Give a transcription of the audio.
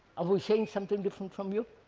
are we saying something different from you?